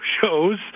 shows